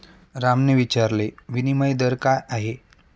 रामने विचारले, विनिमय दर काय आहे?